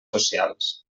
socials